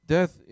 Death